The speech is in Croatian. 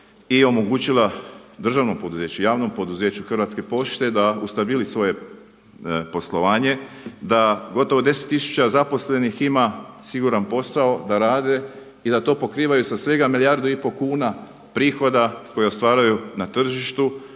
i omogućila državnom poduzeću, javnom poduzeću Hrvatske pošte da ustabili svoje poslovanje, da gotovo deset tisuća zaposlenih ima siguran posao da rade i da to pokrivaju sa svega milijardu i pol kuna prihoda koje ostvaruju na tržištu